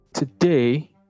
Today